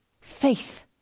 faith